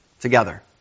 Together